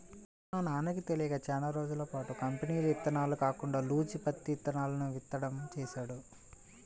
మా నాన్నకి తెలియక చానా రోజులపాటు కంపెనీల ఇత్తనాలు కాకుండా లూజు పత్తి ఇత్తనాలను విత్తడం చేశాడు